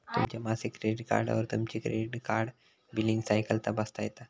तुमच्या मासिक क्रेडिट कार्डवर तुमची क्रेडिट कार्ड बिलींग सायकल तपासता येता